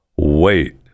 Wait